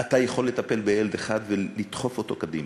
אתה יכול לטפל בילד אחד ולדחוף אותו קדימה,